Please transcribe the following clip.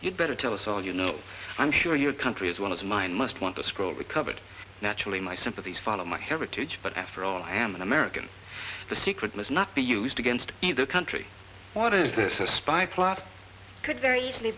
you'd better tell us all you know i'm sure your country as well as mine must want to scroll recovered naturally my sympathies follow my heritage but after all i am an american the secret must not be used against either country what is this a spy plot could very easily